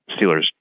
Steelers